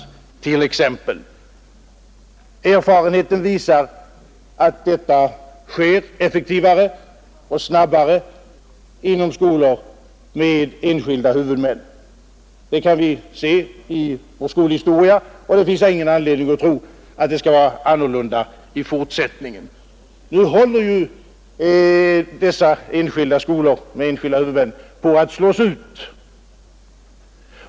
Erfarenheten visar att detta sker effektivare och snabbare inom skolor med enskilda huvudmän. Det kan vi se i vår skolhistoria, och det finns ingen anledning att tro att det skulle vara annorlunda i fortsättningen. Nu håller dessa enskilda skolor med enskilda huvudmän på att slås ut.